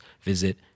visit